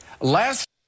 Last